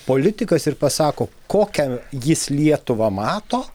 politikas ir pasako kokią jis lietuvą mato